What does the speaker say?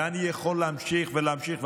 ואני יכול להמשיך ולהמשיך,